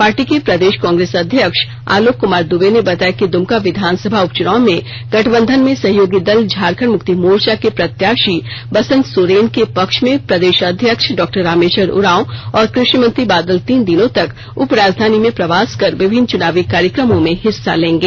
party के प्रदेश कांग्रेस अध्यक्ष आलोक कुमार दूबे ने बताया कि दुमका विधानसभा उपचुनाव में गठबंधन में सहयोगी दल झारखंड मुक्ति मोर्चा के प्रत्याशी बसंत सोरेन के पक्ष में प्रदेश अध्यक्ष डॉक्टर डॉ रामेश्वर उरांव और कृषिमंत्री बादल तीन दिनों तक उपराजधानी में प्रवास कर विभिन्न चुनावी कार्यक्रमों में हिस्सा लेंगे